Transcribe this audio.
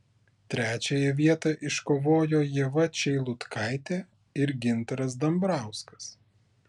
trečiąją vietą iškovojo ieva čeilutkaitė ir gintaras dambrauskas